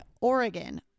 Oregon